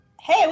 hey